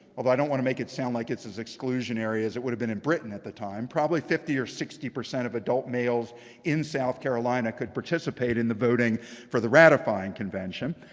although i don't want to make it sound like it's as exclusionary as it would have been in britain at the time, probably fifty or sixty percent of adult males in south carolina could participate in the voting for the ratifying convention.